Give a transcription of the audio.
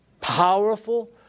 powerful